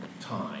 time